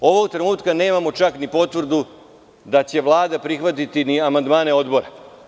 Ovog trenutka nemamo čak ni potvrdu da će Vlada prihvatiti ni amandmane odbora.